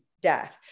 death